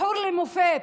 בחור למופת.